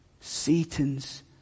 Satan's